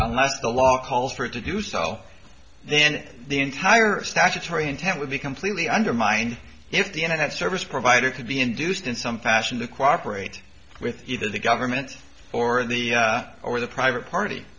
must the law calls for it to do so then the entire statutory intent would be completely undermined if the internet service provider could be induced in some fashion to cooperate with either the government or the or the private party